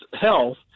health